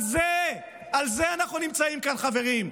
על זה אנחנו נמצאים כאן, חברים,